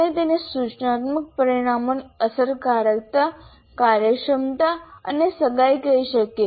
આપણે તેને સૂચનાત્મક પરિણામોની અસરકારકતા કાર્યક્ષમતા અને સગાઈ કહી શકીએ